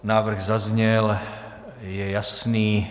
Návrh zazněl, je jasný.